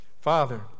Father